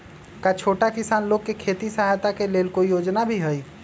का छोटा किसान लोग के खेती सहायता के लेंल कोई योजना भी हई?